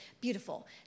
beautiful